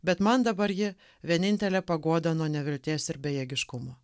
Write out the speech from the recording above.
bet man dabar ji vienintelė paguoda nuo nevilties ir bejėgiškumo